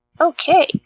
Okay